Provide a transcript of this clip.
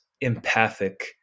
empathic